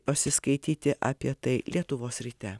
pasiskaityti apie tai lietuvos ryte